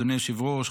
אדוני היושב-ראש,